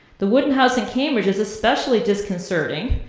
the wooden house in cambridge is especially disconcerting,